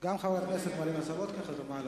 גם חברת הכנסת מרינה סולודקין חתומה על